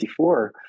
54